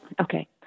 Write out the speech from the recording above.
Okay